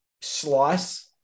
slice